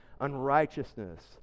unrighteousness